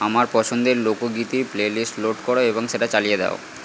আমার পছন্দের লোকগীতির প্লেলিস্ট লোড করো এবং সেটা চালিয়ে দাও